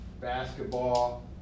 basketball